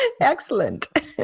excellent